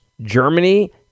Germany